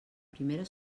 primera